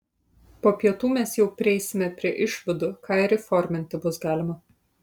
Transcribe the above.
po pietų mes jau prieisime prie išvadų ką ir įformint bus galima